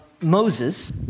Moses